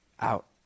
out